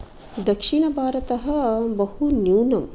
दक्षिणभारतः बहु न्यूनम्